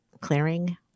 clearing